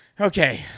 Okay